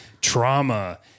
trauma